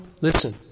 listen